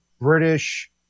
British